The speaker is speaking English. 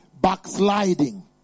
backsliding